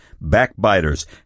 backbiters